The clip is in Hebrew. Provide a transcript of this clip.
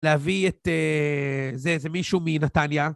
להביא את זה, זה מישהו מנתניה.